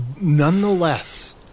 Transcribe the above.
Nonetheless